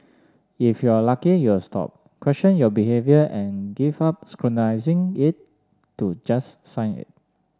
if you're lucky you'll stop question your behaviour and give up scrutinising it to just sign it